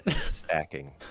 stacking